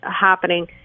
happening